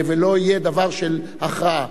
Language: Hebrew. ולא יהיה דבר של הכרעה.